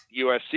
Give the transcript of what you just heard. USC